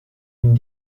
une